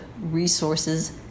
resources